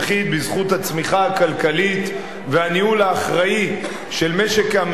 בזכות הצמיחה הכלכלית והניהול האחראי של משק המדינה,